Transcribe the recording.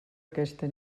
aquesta